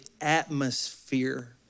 atmosphere